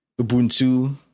Ubuntu